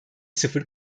sıfır